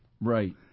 Right